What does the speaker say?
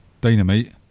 Dynamite